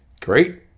great